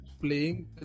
playing